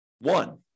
one